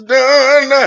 done